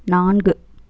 நான்கு